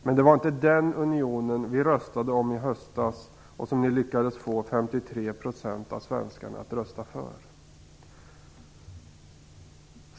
Men det var inte den unionen som vi röstade om i höstas och som ni lyckades få 53 % av svenskarna att rösta för.